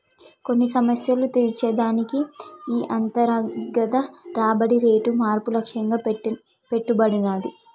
కొన్ని సమస్యలు తీర్చే దానికి ఈ అంతర్గత రాబడి రేటు మార్పు లక్ష్యంగా పెట్టబడినాది